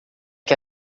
que